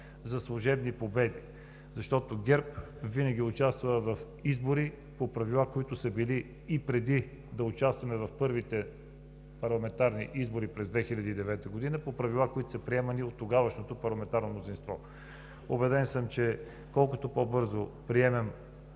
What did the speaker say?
за служебни победи, защото ГЕРБ винаги участва в избори по правила, които са били и преди да участваме в първите парламентарни избори – през 2009 г., по правила, които са приемани от тогавашното парламентарно мнозинство. Убеден съм, че колкото по-бързо приемем